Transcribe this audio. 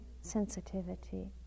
sensitivity